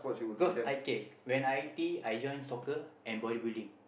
cos I kay when I I_T_E I join soccer and bodybuilding